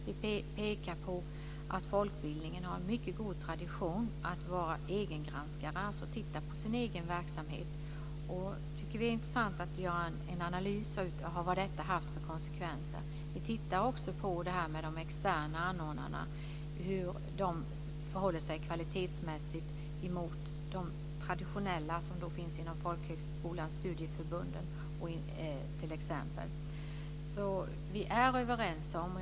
Vi pekar på att folkbildningen har en mycket god tradition av att vara egengranskare, dvs. att man tittar på sin egen verksamhet. Då är det intressant att göra en analys av vad detta har haft för konsekvenser. Vi tittar också på de externa anordnarna och hur de förhåller sig kvalitetsmässigt till de traditionella, t.ex. folkhögskolorna och studieförbunden. Vi är alltså överens.